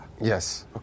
Yes